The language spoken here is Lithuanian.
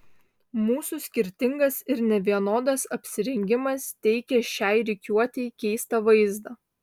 mūsų skirtingas ir nevienodas apsirengimas teikė šiai rikiuotei keistą vaizdą